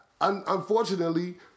unfortunately